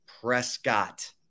Prescott